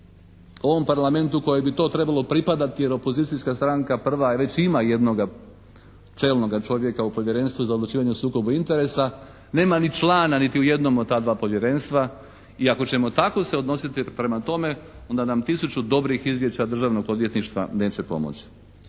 u ovom Parlamentu koje bi to trebalo pripadati jer opozicijska stranka prva je i već ima jednoga čelnoga čovjeka u Povjerenstvu za odlučivanje o sukobu interesa nema ni člana niti u jednom od ta dva povjerenstva i ako ćemo tako se odnositi prema tome onda nam tisuću dobrih izvješća Državnog odvjetništva neće pomoći.